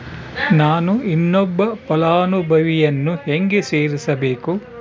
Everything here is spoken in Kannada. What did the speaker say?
ನಾನು ಇನ್ನೊಬ್ಬ ಫಲಾನುಭವಿಯನ್ನು ಹೆಂಗ ಸೇರಿಸಬೇಕು?